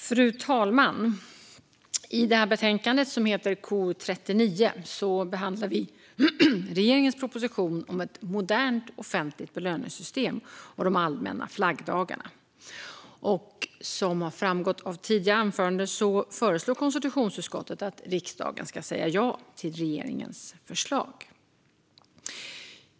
Fru talman! I detta betänkande som heter KU39 behandlar vi regeringens proposition om ett modernt offentligt belöningssystem och de allmänna flaggdagarna. Som har framgått av tidigare anföranden föreslår konstitutionsutskottet att riksdagen ska säga ja till regeringens förslag.